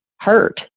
hurt